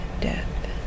death